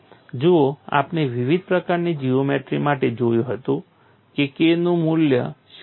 જુઓ આપણે વિવિધ પ્રકારની જીઓમેટ્રી માટે જોયું હતું કે K નું મૂલ્ય શું છે